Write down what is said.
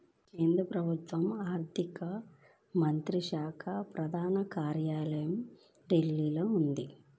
కేంద్ర ప్రభుత్వ ఆర్ధిక మంత్రిత్వ శాఖ ప్రధాన కార్యాలయం ఢిల్లీలో ఉంది